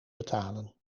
betalen